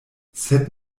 sed